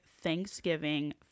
thanksgiving